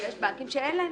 יש בנקים שאין להם.